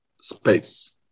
space